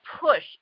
push